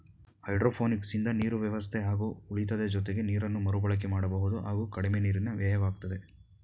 ಹೈಡ್ರೋಪೋನಿಕ್ಸಿಂದ ನೀರು ವ್ಯವಸ್ಥೆ ಹಾಗೆ ಉಳಿತದೆ ಜೊತೆಗೆ ನೀರನ್ನು ಮರುಬಳಕೆ ಮಾಡಬಹುದು ಹಾಗೂ ಕಡಿಮೆ ನೀರಿನ ವ್ಯಯವಾಗ್ತದೆ